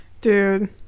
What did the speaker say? Dude